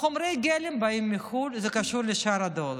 חומרי הגלם באים מחו"ל, וזה קשור לשער הדולר.